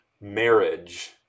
marriage